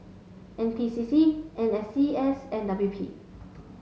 N P C C N S C S and W P